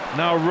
now